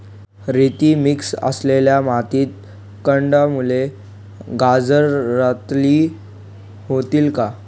रेती मिक्स असलेल्या मातीत कंदमुळे, गाजर रताळी होतील का?